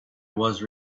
was